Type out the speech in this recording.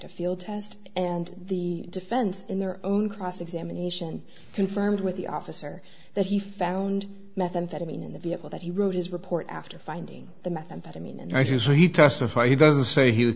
a field test and the defense in their own cross examination confirmed with the officer that he found methamphetamine in the vehicle that he wrote his report after finding the methamphetamine and i says he testified he doesn't say he